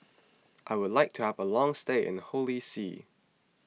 I would like to have a long stay in Holy See